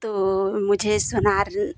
तो मुझे सोनार